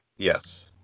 Yes